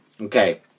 okay